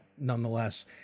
nonetheless